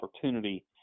opportunity